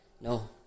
No